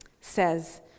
says